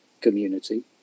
community